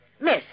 Miss